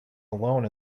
alone